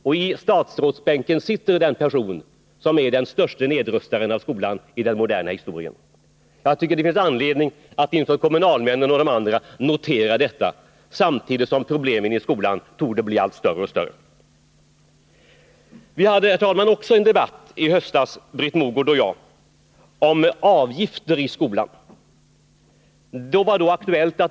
Och i statsrådsbänken sitter den person som är den störste nedrustaren av skolan i den moderna historien. Jag tycker att det finns anledning att inför kommunalmän och andra notera detta, samtidigt som problemen i skolan torde bli allt större. Herr talman! Britt Mogård och jag hade i höstas också en debatt om avgifter i skolan.